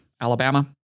Alabama